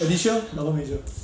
alicia double major